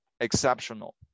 exceptional